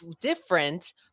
different